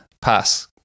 pass